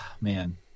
man